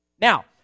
Now